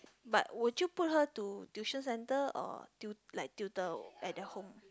but would you put her to tuition center or tu~ like tutor at their home